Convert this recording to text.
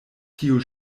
tiu